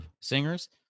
singers